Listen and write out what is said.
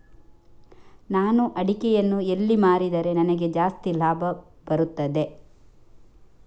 ನಾನು ಅಡಿಕೆಯನ್ನು ಎಲ್ಲಿ ಮಾರಿದರೆ ನನಗೆ ಜಾಸ್ತಿ ಲಾಭ ಬರುತ್ತದೆ?